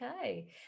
okay